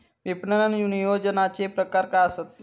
विपणन नियोजनाचे प्रकार काय आसत?